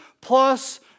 plus